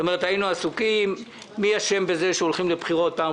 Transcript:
זאת אומרת היינו עסוקים בשאלה מי אשם בכך שהולכים